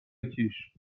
کیش